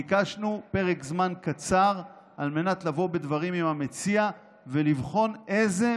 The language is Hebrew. ביקשנו פרק זמן קצר על מנת לבוא בדברים עם המציע ולבחון איזה